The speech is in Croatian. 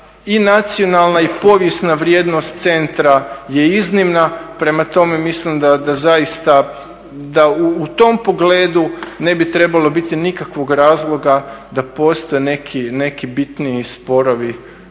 i nacionalna i povijesna vrijednost centra je iznimna, prema tome mislim da zaista, da u tom pogledu ne bi trebalo biti nikakvog razloga da postoje neki bitniji sporovi